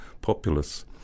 populace